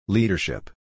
Leadership